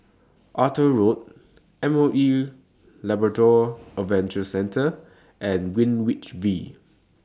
Arthur Road M O E Labrador Adventure Centre and Greenwich V